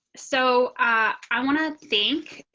so i want to thank.